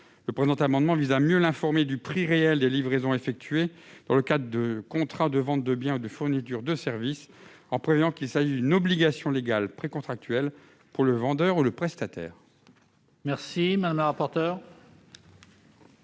Le présent amendement vise à mieux informer le consommateur du prix réel des livraisons effectuées dans le cadre de contrats de vente de biens et de fourniture de services, en prévoyant qu'il s'agit d'une obligation légale précontractuelle pour le vendeur ou le prestataire.